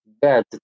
bad